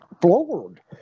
floored